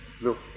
look